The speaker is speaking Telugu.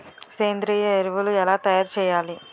సేంద్రీయ ఎరువులు ఎలా తయారు చేయాలి?